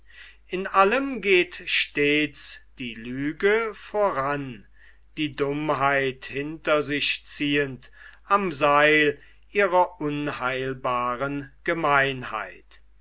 in allem geht stets die lüge voran die dummköpfe hinter sich ziehend am seil ihrer unheilbaren gemeinheit